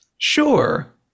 Sure